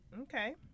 Okay